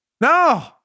No